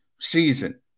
season